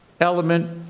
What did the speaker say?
element